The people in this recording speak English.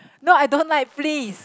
no I don't like fleas